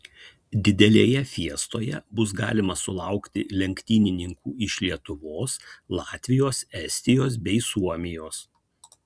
didelėje fiestoje bus galima sulaukti lenktynininkų iš lietuvos latvijos estijos bei suomijos